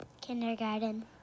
Kindergarten